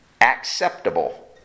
acceptable